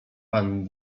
pan